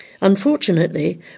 Unfortunately